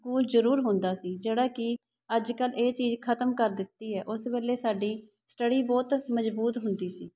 school ਜ਼ਰੂਰ ਹੁੰਦਾ ਸੀ ਜਿਹੜਾ ਕਿ ਅੱਜ ਕੱਲ੍ਹ ਇਹ ਚੀਜ਼ ਖਤਮ ਕਰ ਦਿੱਤੀ ਹੈ ਉਸ ਵੇਲੇ ਸਾਡੀ ਸਟੱਡੀ ਬਹੁਤ ਮਜ਼ਬੂਤ ਹੁੰਦੀ ਸੀ